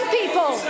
people